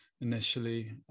initially